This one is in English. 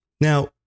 Now